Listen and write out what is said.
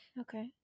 Okay